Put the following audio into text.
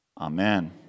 Amen